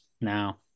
now